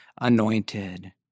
anointed